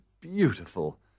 beautiful